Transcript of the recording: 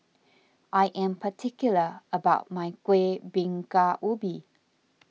I am particular about my Kuih Bingka Ubi